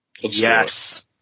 Yes